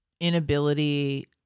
inability